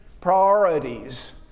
priorities